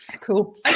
Cool